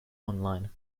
online